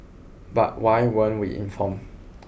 but why weren't we informed